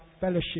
fellowship